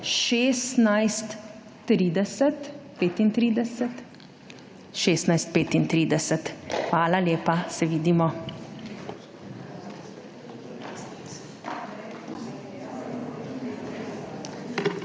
16.35. Hvala lepa, se vidimo.